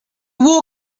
war